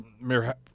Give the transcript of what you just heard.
Mayor